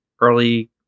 early